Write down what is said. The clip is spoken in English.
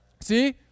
See